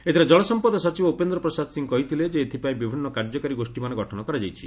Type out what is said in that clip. ଏଥିରେ ଜଳସମ୍ପଦ ସଚିବ ଉପେନ୍ଦ୍ର ପ୍ରସାଦ ସିଂ କହିଥିଲେ ଯେ ଏଥିପାଇଁ ବିଭିନ୍ନ କାର୍ଯ୍ୟକାରୀ ଗୋଷୀମାନ ଗଠନ କରାଯାଇଛି